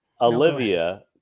Olivia